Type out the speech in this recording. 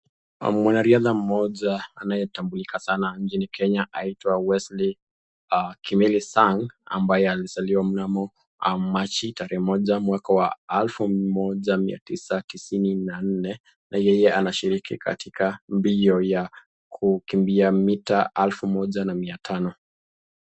Mwanariadha mmoja anayetambulika sana nchini Kenya aitwa Wesley Kimeli Sang ambaye alizaliwa mnamo Machi 1, 1994 na yeye anashiriki katika mbio ya kukimbia mita 1500.